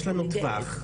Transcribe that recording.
יש לנו טווח,